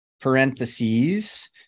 parentheses